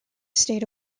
state